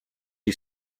you